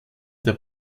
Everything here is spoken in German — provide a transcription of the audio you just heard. der